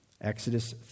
Exodus